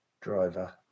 driver